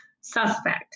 suspect